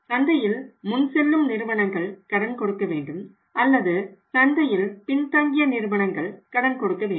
சந்தையில் முன் செல்லும் நிறுவனங்கள் கடன் கொடுக்க வேண்டும் அல்லது சந்தையில் பின்தங்கிய நிறுவனங்கள் கடன் கொடுக்க வேண்டும்